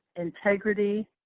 integrity,